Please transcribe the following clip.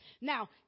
Now